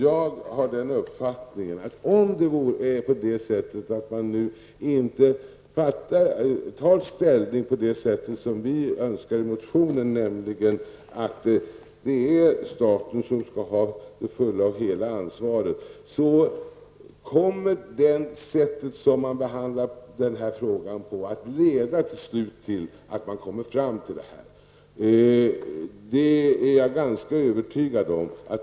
Jag har den uppfattningen att om man nu inte tar ställning på det sätt som vi önskar i vår motion, nämligen att staten skall ha det fulla och hela ansvaret, så kommer behandlingen av frågan ändå att leda till den lösningen. Det är jag ganska övertygad om.